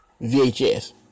VHS